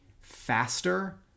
faster